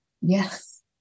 yes